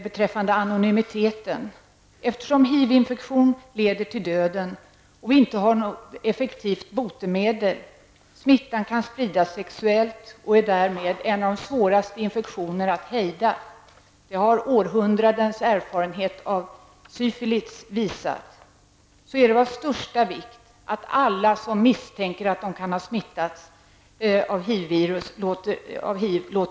Beträffande anonymiteten vill jag säga, att eftersom HIV-infektion leder till döden och vi inte har något effektivt botemedel, eftersom smittan kan spridas sexuellt och därmed är en av de svåraste infektionerna att hejda -- det har århundradens erfarenhet av syfilis visat -- är det av största vikt att alla som misstänker att de kan ha smittats av HIV låter testa sig. Därför anser folkpartiet liberalerna att det måste finnas en möjlighet att testa sig anonymt.